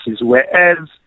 whereas